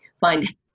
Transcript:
find